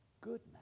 Goodness